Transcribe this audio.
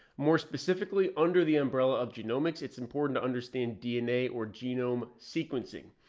more specifically under the umbrella of genomics, it's important to understand dna or genome sequencing.